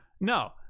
No